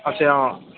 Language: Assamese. আছে অঁ